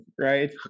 right